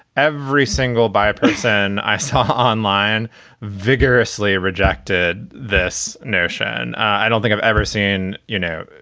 every single bio person i saw online vigorously rejected this notion. i don't think i've ever seen, you know,